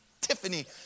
Tiffany